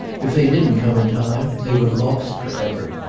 if they didn't come in time they were lost for ever.